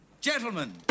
Gentlemen